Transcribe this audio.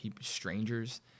strangers